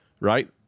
right